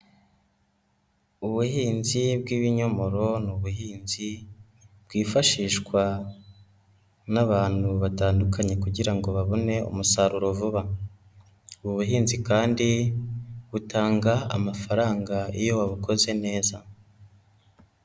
Ubuhinzi bw'ibinyomoro ni ubuhinzi bwifashishwa n'abantu batandukanye kugira ngo babone umusaruro vuba. Ubu buhinzi kandi butanga amafaranga iyo wabukoze neza.